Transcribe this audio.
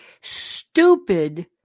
stupid